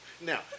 Now